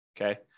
Okay